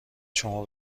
شما